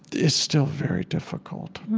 it's still very difficult